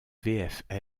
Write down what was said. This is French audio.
vfl